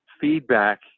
feedback